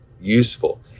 useful